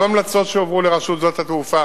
גם המלצות שהועברו לרשות שדות התעופה,